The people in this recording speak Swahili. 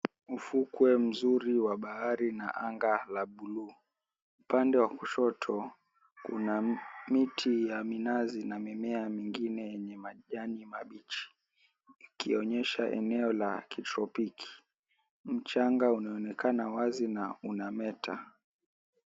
Ufukwe mzuri wa bahari na anga la bluu, upande wa kushoto kuna miti ya minazi na mimea na mengine yenye majani mabichi ikionyesha eneo la kitropiki, mchanga unaonekana wazi na unameta.